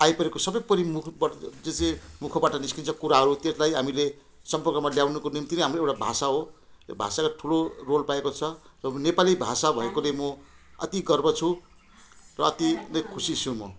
आइपरेको सबै परी मुखबाट जैसे मुखबाट निस्किन्छ कुराहरू त्यसलाई हामीले सम्पर्कमा ल्याउनुको निम्ति र हाम्रो एउटा भाषा हो यो भाषाको ठुलो रोल पाएको छ नेपाली भाषा भएकोले म अति गर्व छु र अति नै खुसी छु म